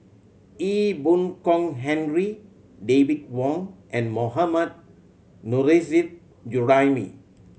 Ee Boon Kong Henry David Wong and Mohammad Nurrasyid Juraimi